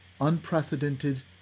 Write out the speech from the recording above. unprecedented